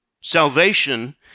Salvation